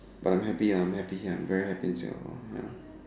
but I am happy I'm happy I'm very happy here in Singapore